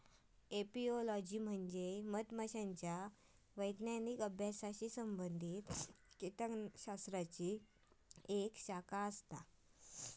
apiology म्हणजे मधमाशांच्या वैज्ञानिक अभ्यासाशी संबंधित कीटकशास्त्राची एक शाखा आसा